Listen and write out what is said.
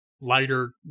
lighter